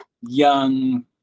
young